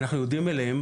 אנחנו יודעים עליהם,